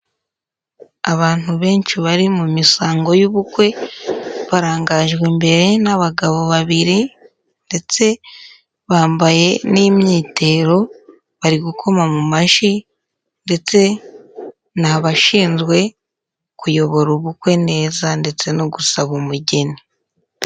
Abantu benshi bari mu misango y'ubukwe barangajwe imbere n'abagabo babiri ndetse bambaye n'imyitero, bari gukoma mu mashyi ndetse ni abashinzwe kuyobora ubukwe neza ndetse no gusaba umugeni.